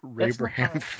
Abraham